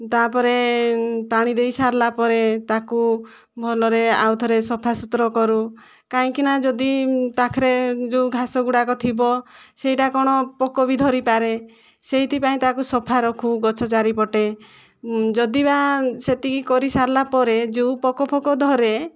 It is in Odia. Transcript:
ତା'ପରେ ପାଣି ଦେଇସାରିଲା ପରେ ତାକୁ ଭଲରେ ଆଉ ଥରେ ସଫାସୁତରା କରୁ କାହିଁକିନା ଯଦି ପାଖରେ ଘାସ ଗୁଡ଼ାକ ଥିବ ସେହିଟା କ'ଣ ପୋକ ବି ଧରିପାରେ ସେଥିପାଇଁ ତାକୁ ସଫା ରଖୁ ଗଛ ଚାରିପଟେ ଯଦିବା ସେତିକି କରିସାରିଲା ପରେ ଯେଉଁ ପୋକ ଫୋକ ଧରେ